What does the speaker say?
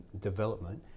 development